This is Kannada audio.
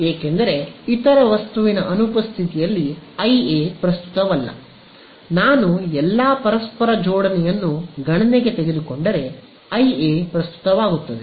ಏಕೆಂದರೆ ಇತರ ವಸ್ತುವಿನ ಅನುಪಸ್ಥಿತಿಯಲ್ಲಿ ಐಎ ಪ್ರಸ್ತುತವಲ್ಲ ನಾನು ಎಲ್ಲ ಪರಸ್ಪರ ಜೋಡಣೆಯನ್ನು ಗಣನೆಗೆ ತೆಗೆದುಕೊಂಡರೆ ಐ ಎ ಪ್ರಸ್ತುತವಾಗುತ್ತದೆ